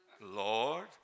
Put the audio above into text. Lord